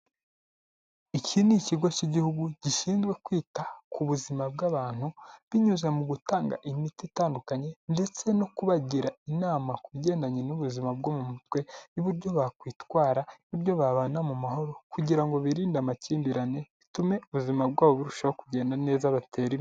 Iki ni ikigo cy'igihugu gishinjzwe kwita ku buzima bw'abantu binyuze mu gutanga imiti itandukanye, ndetse no kubagira inama ku bigendanye n'ubuzima bwo mu mutwe n'uburyo bakwitwara, uburyo babana mu mahoro kugira ngo birinde amakimbirane bitume ubuzima bwabo burushaho kugenda neza batera imbere,